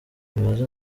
ntibazi